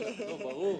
ברור,